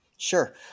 Sure